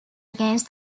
against